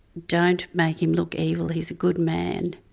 don't make him look evil, he's a good man.